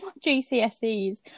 GCSEs